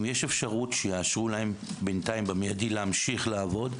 אם יש אפשרות שיאשרו להם בינתיים במיידי להמשיך לעבוד,